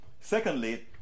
Secondly